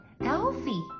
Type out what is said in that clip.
Alfie